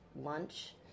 lunch